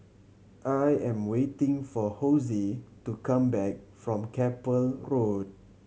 I am waiting for Hosie to come back from Keppel Road